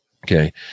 Okay